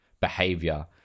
behavior